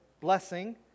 blessing